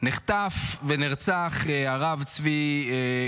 נחטף ונרצח הרב צבי